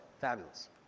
Fabulous